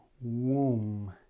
womb